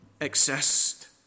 exist